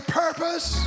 purpose